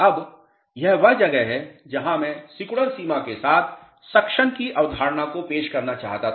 अब यह वह जगह है जहां मैं सिकुड़न सीमा के साथ सक्शन की अवधारणा को पेश करना चाहता था